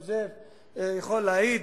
וגם זאב בילסקי יכול להעיד,